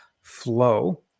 flow